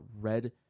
red